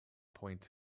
point